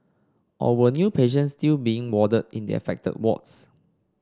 or were new patients still being warded in the affected wards